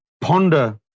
ponder